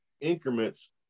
increments